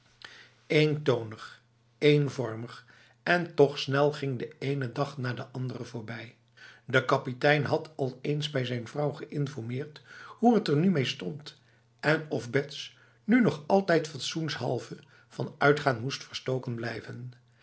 eentonig eenvormig en toch snel ging de ene dag na de andere voorbij de kapitein had al eens bij zijn vrouw geïnformeerd hoe het er nu mee stond en of bets nu nog altijd fatsoenshalve van uitgaan moest verstoken blijven